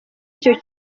iki